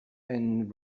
and